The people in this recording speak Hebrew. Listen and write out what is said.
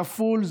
כפול,